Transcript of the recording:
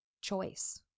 choice